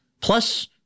plus